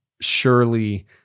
surely